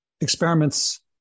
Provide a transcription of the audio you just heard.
experiments